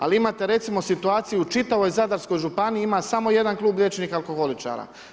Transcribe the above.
Ali imate recimo situaciju u čitavoj Zadarskoj županiji ima samo jedan klub liječenih alkoholičara.